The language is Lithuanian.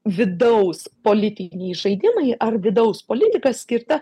vidaus politiniai žaidimai ar vidaus politika skirta